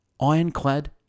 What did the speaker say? Ironclad